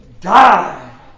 die